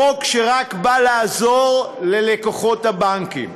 חוק שרק בא לעזור ללקוחות הבנקים.